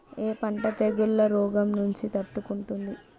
ఏ పంట తెగుళ్ల రోగం నుంచి తట్టుకుంటుంది?